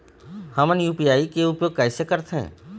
हमन यू.पी.आई के उपयोग कैसे करथें?